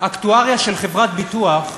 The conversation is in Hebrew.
אקטואריה של חברת ביטוח,